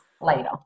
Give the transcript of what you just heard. later